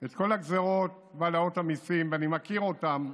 את כל הגזרות והעלאות המיסים, ואני מכיר אותן,